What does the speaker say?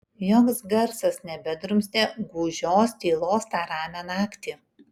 joks garsas nebedrumstė gūdžios tylos tą ramią naktį